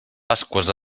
pasqües